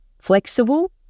flexible